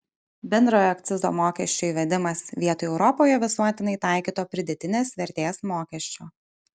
bendrojo akcizo mokesčio įvedimas vietoj europoje visuotinai taikyto pridėtinės vertės mokesčio